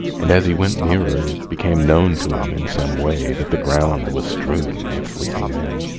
and as he went nearer it became known to him in some way that the ground was strewn with sleeping men.